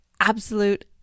absolute